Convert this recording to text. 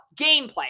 gameplay